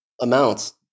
amounts